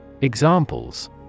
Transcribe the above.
Examples